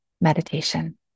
meditation